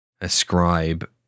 ascribe